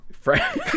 Frank